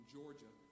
Georgia